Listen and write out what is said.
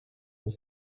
his